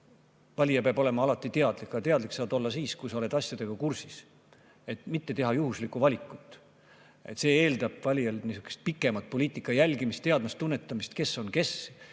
valija peab olema alati teadlik, aga teadlikud saavad nad olla siis, kui nad on asjadega kursis, et mitte teha juhuslikku valikut. See eeldab valijalt niisugust pikemat poliitika jälgimist, teadmist ja tunnetamist, kes on kes,